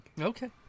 Okay